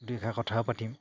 দুই এষাৰ কথাও পাতিম